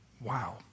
Wow